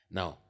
Now